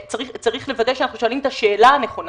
צריך לוודא שאנחנו שואלים את השאלה הנכונה,